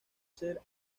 ser